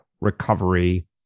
recovery